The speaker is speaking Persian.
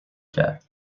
کرد